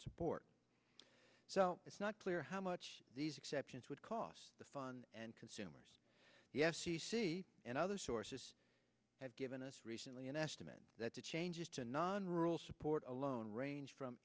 support so it's not clear how much these exceptions would cost the fund and consumers yes and other sources have given us recently an estimate that the changes to non rural support alone ranged from